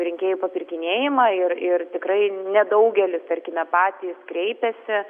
rinkėjų papirkinėjimą ir ir tikrai nedaugelis tarkime patys kreipiasi